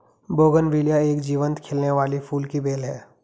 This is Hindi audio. बोगनविलिया एक जीवंत खिलने वाली फूल की बेल है